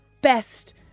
best